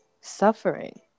suffering